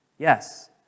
Yes